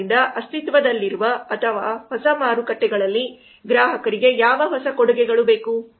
ಆದ್ದರಿಂದ ಅಸ್ತಿತ್ವದಲ್ಲಿರುವ ಅಥವಾ ಹೊಸ ಮಾರುಕಟ್ಟೆಗಳಲ್ಲಿ ಗ್ರಾಹಕರಿಗೆ ಯಾವ ಹೊಸ ಕೊಡುಗೆಗಳು ಬೇಕು